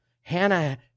Hannah